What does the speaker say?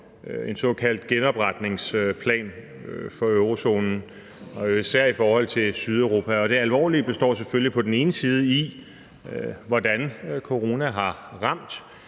en såkaldt genopretningsplan for eurozonen og især i forhold til Sydeuropa. Det alvorlige består selvfølgelig på den ene side i, hvordan corona har ramt